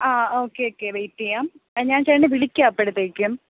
ആ okay okay വേയ്റ്റെ ചെയ്യാം ഞാൻ ചേട്ടനെ വിളിക്കാം അപ്പോഴ്ത്തേക്കും